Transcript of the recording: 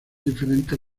diferente